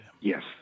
Yes